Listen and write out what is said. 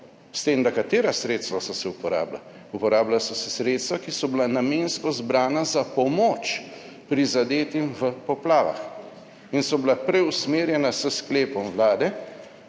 S tem da katera sredstva so se uporabila? Uporabila so se sredstva, ki so bila namensko zbrana za pomoč prizadetim v poplavah in so bila preusmerjena s sklepom Vlade